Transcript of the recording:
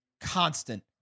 constant